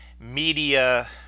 media